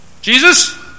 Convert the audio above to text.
Jesus